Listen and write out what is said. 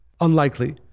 unlikely